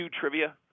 trivia